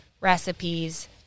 recipes